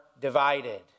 divided